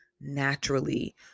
naturally